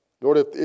Lord